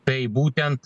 tai būtent